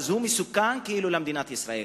אז הוא מסוכן כאילו למדינת ישראל.